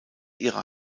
ihre